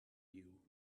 you